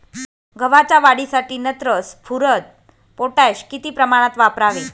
गव्हाच्या वाढीसाठी नत्र, स्फुरद, पोटॅश किती प्रमाणात वापरावे?